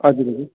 हजुर हजुर